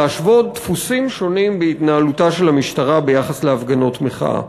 להשוות דפוסים שונים בהתנהלותה של המשטרה ביחס להפגנות מחאה.